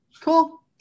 cool